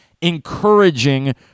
Encouraging